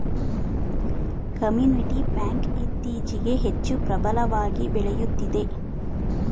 community bank ಇತ್ತೀಚೆಗೆ ಹೆಚ್ಚು ಪ್ರಬಲವಾಗಿ ಬೆಳೆಯುತ್ತಿದೆ